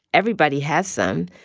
everybody has some.